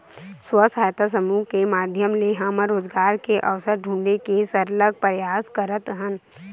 स्व सहायता समूह के माधियम ले हमन रोजगार के अवसर ढूंढे के सरलग परयास करत हन